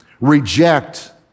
reject